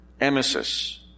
emesis